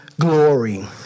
glory